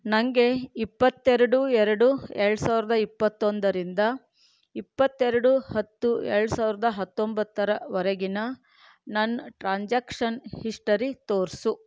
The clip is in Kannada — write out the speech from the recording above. ನಂಗೆ ಇಪ್ಪತ್ತೆರಡು ಎರಡು ಎರ್ಡು ಸಾವಿರ್ದ ಇಪ್ಪತ್ತೊಂದರಿಂದ ಇಪ್ಪತ್ತೆರಡು ಹತ್ತು ಎರ್ಡು ಸಾವಿರ್ದ ಹತ್ತೊಂಬತ್ತರವರೆಗಿನ ನನ್ನ ಟ್ರಾನ್ಸಾಕ್ಷನ್ ಹಿಶ್ಟರಿ ತೋರಿಸು